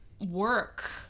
work